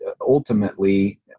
ultimately